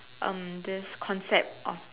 um this concept of